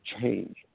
change